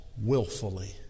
willfully